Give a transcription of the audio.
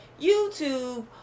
YouTube